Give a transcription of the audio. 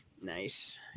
Nice